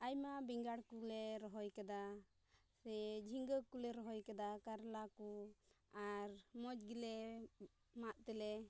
ᱟᱭᱢᱟ ᱵᱮᱸᱜᱟᱲ ᱠᱚᱞᱮ ᱨᱚᱦᱚᱭ ᱟᱠᱟᱫᱟ ᱥᱮ ᱡᱷᱤᱸᱜᱟᱹ ᱠᱚᱞᱮ ᱨᱚᱦᱚᱭ ᱟᱠᱟᱫᱟ ᱠᱟᱨᱞᱟ ᱠᱚ ᱟᱨ ᱢᱚᱡᱽ ᱜᱮᱞᱮ ᱢᱟᱫ ᱛᱮᱞᱮ